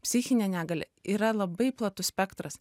psichinė negalia yra labai platus spektras